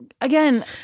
Again